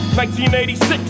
1986